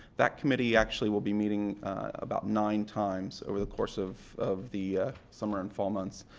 that committee actually will be meeting about nines times over the course of of the summer and fall months.